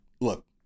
Look